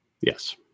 Yes